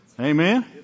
Amen